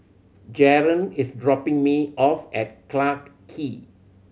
Jaren is dropping me off at Clarke Quay